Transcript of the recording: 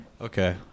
Okay